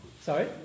Sorry